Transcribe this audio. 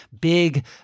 big